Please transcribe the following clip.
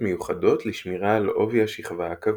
מיוחדות לשמירה על עובי השכבה הקבוע.